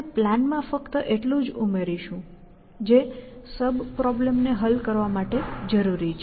આપણે પ્લાનમાં ફક્ત એટલું જ ઉમેરીશું જે સબ પ્રોબ્લેમ ને હલ કરવા માટે જરૂરી છે